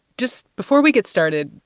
just before we get started,